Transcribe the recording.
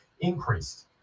increased